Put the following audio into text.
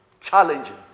challenging